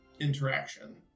interaction